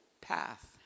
path